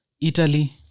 Italy